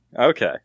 Okay